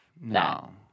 no